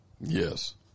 Yes